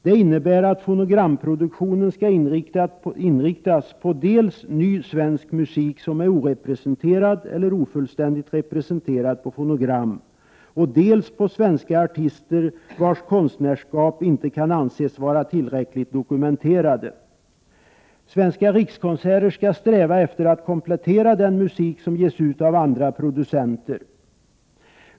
Det innebär att fonogramproduktionen skall inriktas på dels ny svensk musik som är orepresenterad eller ofullständigt representerad på fonogram, dels på svenska artister vilkas konstnärsskap inte kan anses vara tillräckligt dokumenterat. Svenska Rikskonserter skall sträva efter att komplettera den musik som ges ut av andra producenter.